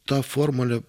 ta formulė